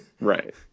right